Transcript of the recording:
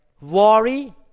worry